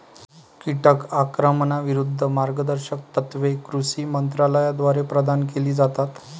कीटक आक्रमणाविरूद्ध मार्गदर्शक तत्त्वे कृषी मंत्रालयाद्वारे प्रदान केली जातात